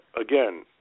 Again